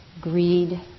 greed